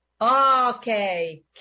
Okay